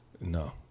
No